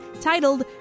titled